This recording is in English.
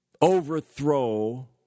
overthrow